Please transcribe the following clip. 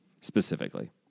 specifically